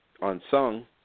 Unsung